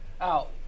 out